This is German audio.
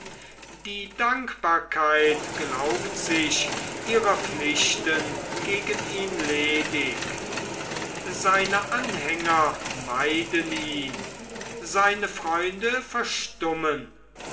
die dankbarkeit glaubt sich ihrer pflichten gegen ihn ledig seine anhänger meiden ihn seine freunde verstummen